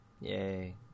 Yay